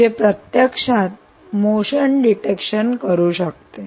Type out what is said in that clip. जे प्रत्यक्षात motion detection करू शकते